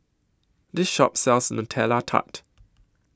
This Shop sells Nutella Tart